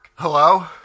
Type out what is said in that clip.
Hello